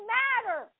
matter